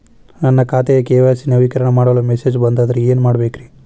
ನನ್ನ ಖಾತೆಯ ಕೆ.ವೈ.ಸಿ ನವೇಕರಣ ಮಾಡಲು ಮೆಸೇಜ್ ಬಂದದ್ರಿ ಏನ್ ಮಾಡ್ಬೇಕ್ರಿ?